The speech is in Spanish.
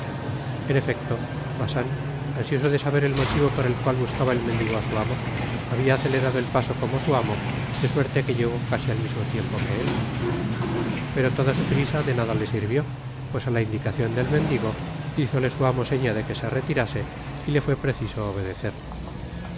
en efecto bacin ansioso de saber et motivo por et cual buscaba et mendigo á su amo habia acelerado el paso como su amo de suerte que tlegó casi al mismo tiempo que él pero toda su prisa de nada le sirvió pues á la indicacion del mendigo hizole su amo seña de que se retirase y te fué preciso obedecer